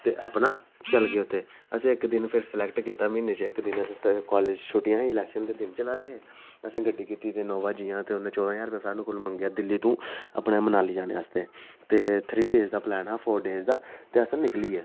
ते अपना चलगे उत्थें असें इक दिन फिर स्लैक्ट कीता म्हीने च इक दिन अस सारे कालेज छुट्टियां ही इलैक्शन दे दिन चलै दे हे असें गड्डी कीती इनोवा ते जियां उन्न चौदां ज्हार रपेआ साढ़े कोला मंगेआ दिल्ली तों अपने मनाली जाने आस्तै ते थ्री डेज दा प्लैन हा फोर डेज दा ते अस निकली गे